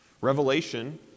Revelation